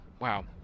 Wow